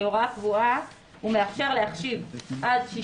כהוראה קבועה הוא מאפשר להחשיב עד שישה